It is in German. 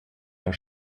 der